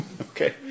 Okay